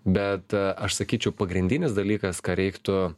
bet aš sakyčiau pagrindinis dalykas ką reiktų